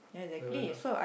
seven ah